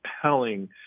compelling